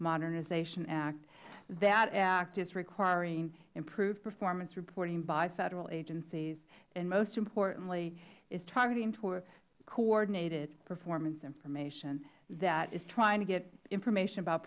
modernization act that act is requiring improved performance reporting by federal agencies and most importantly it targeting coordinated performance information trying to get information about